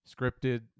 scripted